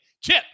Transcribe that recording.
Chip